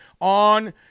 on